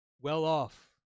well-off